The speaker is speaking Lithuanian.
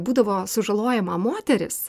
būdavo sužalojama moteris